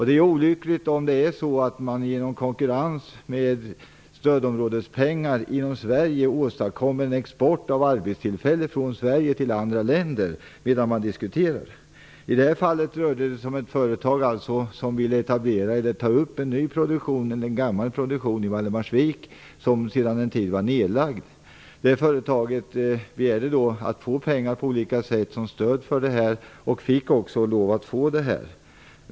Det är olyckligt om det är så att man genom konkurrens med stödområdespengar inom Sverige åstadkommer en export av arbetstillfällen från Sverige till andra länder medan man diskuterar. I det här fallet rörde det sig om ett företag som ville ta upp en gammal produktion i Valdemarsvik. Den produktionen var nerlagd sedan en tid. Företaget begärde på olika sätt att få pengar till stöd för detta, och fick också lov att få det.